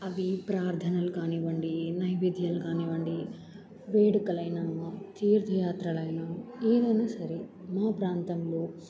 అవి ప్రార్థనలు కానివ్వండి నైవేద్యాలు కానివ్వండి వేడుకలైనమా తీర్థ యాత్రలైన ఏదైనా సరే మా ప్రాంతంలో